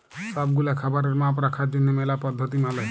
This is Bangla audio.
সব গুলা খাবারের মাপ রাখার জনহ ম্যালা পদ্ধতি মালে